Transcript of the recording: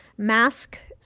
mask,